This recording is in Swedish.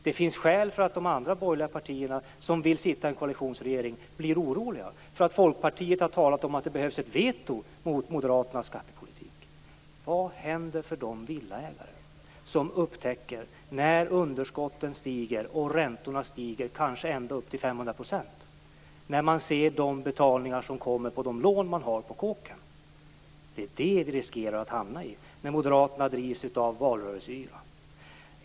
Det finns skäl för de andra borgerliga partierna som vill sitta med i en koalitionsregering att bli oroliga. Folkpartiet har talat om att det behövs ett veto mot Moderaternas skattepolitik. Vad händer för villaägarna när underskotten stiger och räntorna stiger - kanske upp till 500 %- och när de skall betala lånen på kåken? Det är den situationen vi riskerar att hamna i när Moderaterna drivs av valrörelseyra.